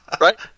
Right